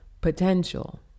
potential